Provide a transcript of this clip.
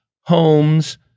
homes